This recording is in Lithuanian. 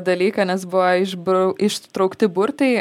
dalyką nes buvo išbrau ištraukti burtai